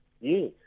yes